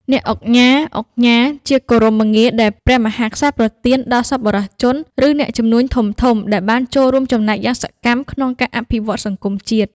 អ្នកឧកញ៉ា ឧកញ៉ា ជាគោរមងារដែលព្រះមហាក្សត្រប្រទានដល់សប្បុរសជន ឬអ្នកជំនួញធំៗ ដែលបានចូលរួមចំណែកយ៉ាងសកម្មក្នុងការអភិវឌ្ឍសង្គមជាតិ។